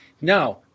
Now